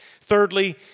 Thirdly